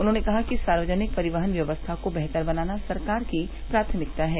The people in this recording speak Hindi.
उन्होंने कहा कि सार्वजनिक परिवहन व्यवस्था को बेहतर बनाना सरकार की प्राथमिकता है